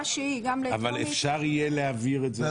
אבל אפשר יהיה להעביר את זה?